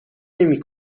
نمی